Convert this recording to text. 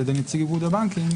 על ידי נציג איגוד הבנקים,